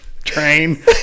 Train